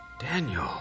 Daniel